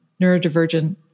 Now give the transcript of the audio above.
neurodivergent